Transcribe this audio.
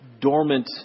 dormant